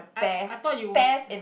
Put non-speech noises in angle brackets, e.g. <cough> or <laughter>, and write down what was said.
I I thought you <noise>